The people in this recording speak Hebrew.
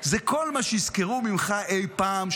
זה כל מה שיזכרו ממך אי-פעם,